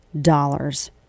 dollars